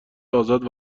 آزاد